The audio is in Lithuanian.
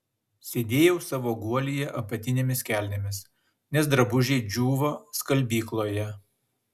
sėdėjau savo guolyje apatinėmis kelnėmis nes drabužiai džiūvo skalbykloje